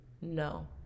no